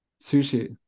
Sushi